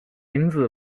名字